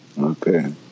Okay